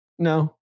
No